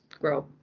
grow